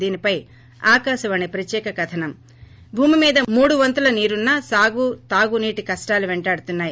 దీని పై ఆకాశవాణి ప్రత్యేక కథనం భూమి మీద మూడు వంతుల నీరున్నా సాగు తాగు నీటి కష్టాలు పెంటాడుతున్నాయి